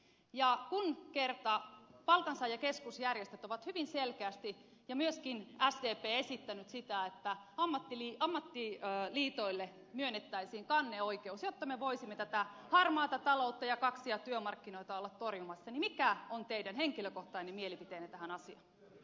kun kerran palkansaajien keskusjärjestöt ovat hyvin selkeästi ja myöskin sdp esittäneet sitä että ammattiliitoille myönnettäisiin kanneoikeus jotta me voisimme tätä harmaata taloutta ja kaksia työmarkkinoita olla torjumassa niin mikä on teidän henkilökohtainen mielipiteenne tähän asiaan